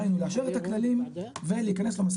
צריכים לאשר את הכללים ולהיכנס למשא